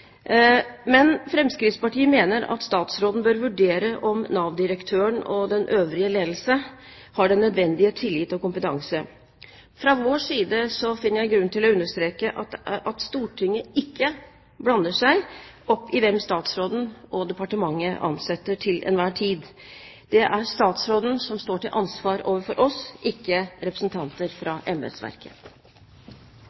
Men Fremskrittspartiet mener at statsråden bør vurdere om Nav-direktøren og den øvrige ledelse har den nødvendige tillit og kompetanse. Fra vår side finner jeg grunn til å understreke at Stortinget ikke blander seg opp i hvem statsråden og departementet ansetter til enhver tid. Det er statsråden som står til ansvar overfor oss, ikke representanter fra